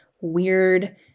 weird